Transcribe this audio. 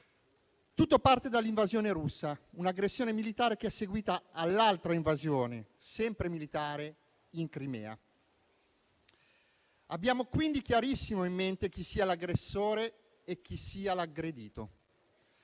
Tutto parte dall'invasione russa, un'aggressione militare che è seguita all'altra invasione, sempre militare, in Crimea. Abbiamo quindi chiarissimo in mente chi sia l'aggressore e chi sia l'aggredito.